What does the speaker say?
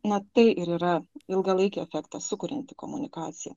na tai ir yra ilgalaikį efektą sukurianti komunikacija